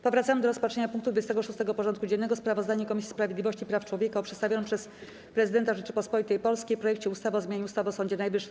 Powracamy do rozpatrzenia punktu 26. porządku dziennego: Sprawozdanie Komisji Sprawiedliwości i Praw Człowieka o przedstawionym przez Prezydenta Rzeczypospolitej Polskiej projekcie ustawy o zmianie ustawy o Sądzie Najwyższym.